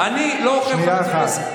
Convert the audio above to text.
אני לא אוכל חמץ בפסח.